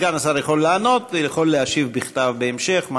סגן השר יכול לענות ויכול להשיב בכתב בהמשך,